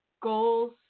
goals